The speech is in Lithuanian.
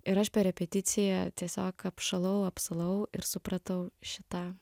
ir aš per repeticiją tiesiog apšalau apsalau ir supratau šita